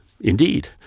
Indeed